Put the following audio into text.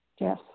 Yes